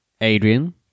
Adrian